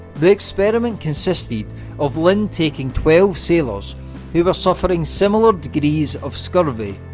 the experiment consisted of lind taking twelve sailors who were suffering similar degrees of scurvy,